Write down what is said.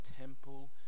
temple